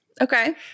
Okay